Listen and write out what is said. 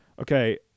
Okay